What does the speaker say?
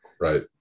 Right